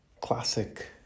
classic